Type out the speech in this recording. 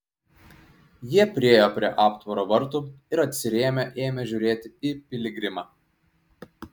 jie priėjo prie aptvaro vartų ir atsirėmę ėmė žiūrėti į piligrimą